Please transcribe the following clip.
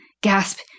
gasp